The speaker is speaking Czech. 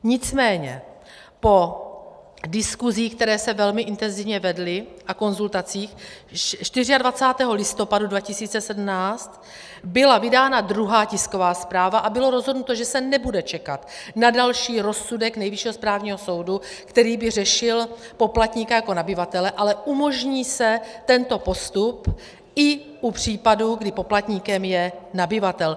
Nicméně po diskusích, které se velmi intenzivně vedly, a konzultacích 24. listopadu 2017 byla vydána druhá tisková zpráva a bylo rozhodnuto, že se nebude čekat na další rozsudek Nejvyššího správního soudu, který by řešil poplatníka jako nabyvatele, ale umožní se tento postup i u případů, kdy poplatníkem je nabyvatel.